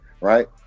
right